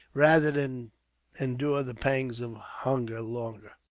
rather than endure the pangs of hunger longer.